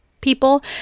people